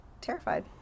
terrified